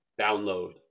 download